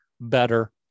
better